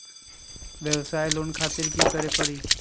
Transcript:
वयवसाय लोन खातिर की करे परी?